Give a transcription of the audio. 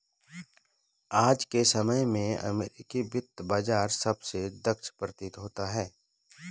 आज के समय में अमेरिकी वित्त बाजार सबसे दक्ष प्रतीत होता है